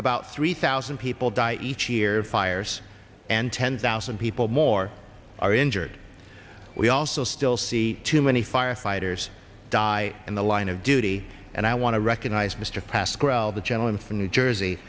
about three thousand people die each year fires and ten thousand people more are injured we also still see too many firefighters die in the line of duty and i want to recognize mr pascrell the gentleman from new jersey